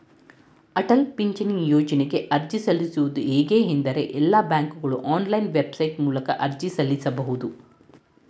ಅಟಲ ಪಿಂಚಣಿ ಯೋಜ್ನಗೆ ಅರ್ಜಿ ಸಲ್ಲಿಸುವುದು ಹೇಗೆ ಎಂದ್ರೇ ಎಲ್ಲಾ ಬ್ಯಾಂಕ್ಗಳು ಆನ್ಲೈನ್ ವೆಬ್ಸೈಟ್ ಮೂಲಕ ಅರ್ಜಿ ಸಲ್ಲಿಸಬಹುದು